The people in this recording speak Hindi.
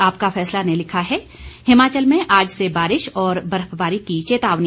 आपका फैसला ने लिखा है हिमाचल में आज से बारिश और बर्फबारी की चेतावनी